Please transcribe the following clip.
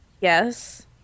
Yes